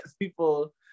people